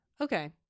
Okay